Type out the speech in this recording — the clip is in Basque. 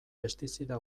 pestizida